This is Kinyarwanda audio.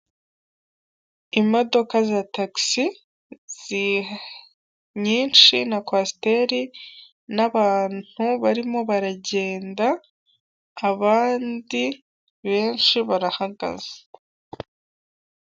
Imodoka za tagisi nyinshi na kwasiteri n'abantu barimo baragenda, abandi benshi barahagaze.